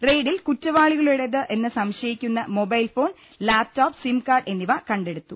റെയ്ഡിൽ കുറ്റവാളികളുടേതെന്ന് സംശ യിക്കുന്ന മൊബൈൽ ഫോൺ ലാപ്ടോപ് സിംകാർഡ് എന്നിവ കണ്ടെടുത്തു